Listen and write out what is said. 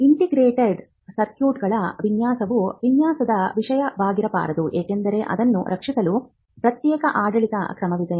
integrated ಸರ್ಕ್ಯೂಟ್ಗಳ ವಿನ್ಯಾಸವು ವಿನ್ಯಾಸದ ವಿಷಯವಾಗಿರಬಾರದು ಏಕೆಂದರೆ ಅದನ್ನು ರಕ್ಷಿಸಲು ಪ್ರತ್ಯೇಕ ಆಡಳಿತ ಕ್ರಮವಿದೆ